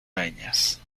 peñas